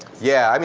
yeah, i mean